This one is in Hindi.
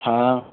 हाँ